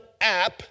app